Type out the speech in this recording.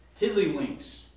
tiddlywinks